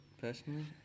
personally